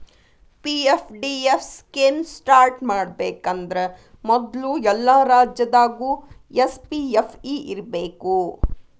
PFDF scheme start ಮಾಡಬೇಕಂದ್ರ ಮೊದ್ಲು ಎಲ್ಲಾ ರಾಜ್ಯದಾಗು ಎಸ್.ಪಿ.ಎಫ್.ಇ ಇರ್ಬೇಕು